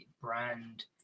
brand